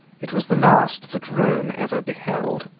it was the last that rome ever beheld.